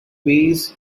weighs